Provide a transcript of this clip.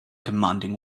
commanding